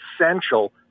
essential